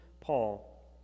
Paul